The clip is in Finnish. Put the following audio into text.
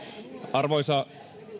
arvoisa